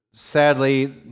Sadly